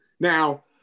Now